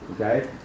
okay